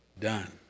done